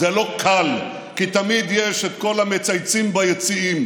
זה לא קל, כי תמיד יש את כל המצייצים ביציעים.